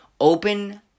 open